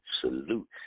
salute